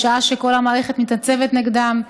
בשעה שכל המערכת מתייצבת נגדם,